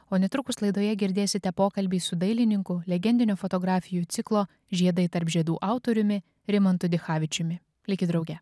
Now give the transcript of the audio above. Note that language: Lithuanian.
o netrukus laidoje girdėsite pokalbį su dailininku legendinių fotografijų ciklo žiedai tarp žiedų autoriumi rimantu dichavičiumi likit drauge